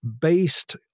based